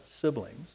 siblings